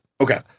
okay